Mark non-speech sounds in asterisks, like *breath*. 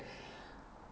*breath*